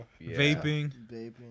Vaping